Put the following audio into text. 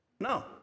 No